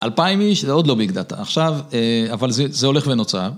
אלפיים איש זה עוד לא ביג דאטה, עכשיו, אבל זה הולך ונוצר.